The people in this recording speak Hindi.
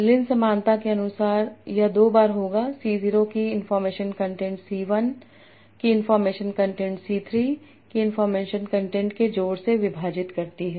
लिन समानता के अनुसार यह दो बार होगा c 0 की इनफार्मेशन कंटेंट c 1 की इनफार्मेशन कंटेंट c 3 की इनफार्मेशन कंटेंट के जोड़ से विभाजित करती है